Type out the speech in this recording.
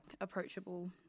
approachable